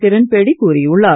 கிரண்பேடி கூறியுள்ளார்